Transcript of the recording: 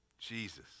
Jesus